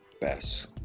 best